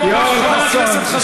יואל חסון,